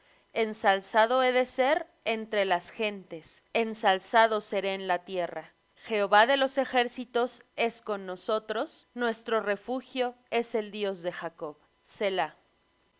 ensalzado he de ser entre las gentes ensalzado seré en la tierra jehová de los ejércitos es con nosotros nuestro refugio es el dios de jacob